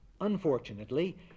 Unfortunately